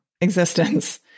existence